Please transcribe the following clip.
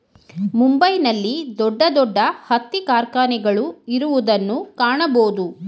ಮುಂಬೈ ನಲ್ಲಿ ದೊಡ್ಡ ದೊಡ್ಡ ಹತ್ತಿ ಕಾರ್ಖಾನೆಗಳು ಇರುವುದನ್ನು ಕಾಣಬೋದು